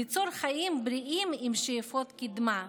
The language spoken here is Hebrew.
ליצור חיים בריאים עם שאיפות קדמה,